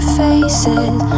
faces